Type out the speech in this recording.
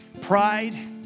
Pride